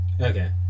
Okay